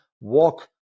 walk